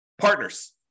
Partners